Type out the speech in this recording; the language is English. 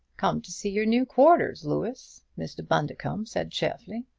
come to see your new quarters, louis! mr. bundercombe said cheerfully.